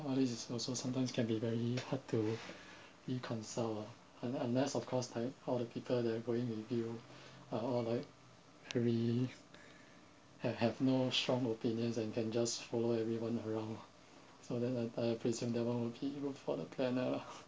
!wah! this is also sometimes can be very hard to reconcile ah un~ unless of course time how the people that are going with you uh are all like very have no strong opinions and can just follow everyone around so then I I presume that one would be he will follow planner lah